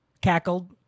Cackled